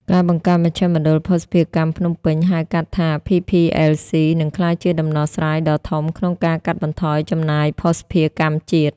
ការបង្កើតមជ្ឈមណ្ឌលភស្តុភារកម្មភ្នំពេញ (ហៅកាត់ថា PPLC) នឹងក្លាយជាដំណោះស្រាយដ៏ធំក្នុងការកាត់បន្ថយចំណាយភស្តុភារកម្មជាតិ។